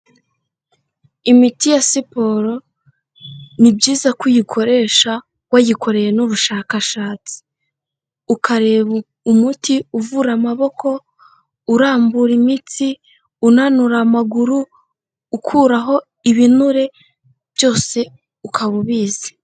Imiti ya siporo ni byiza ko uyikoresha wayikoreye n'ubushakashatsi, ukareba umuti uvura amaboko, urambura imitsi, unanura amaguru, ukuraho ibinure byose ukaba ubizi.